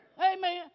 Amen